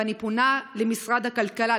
ואני פונה למשרד הכלכלה,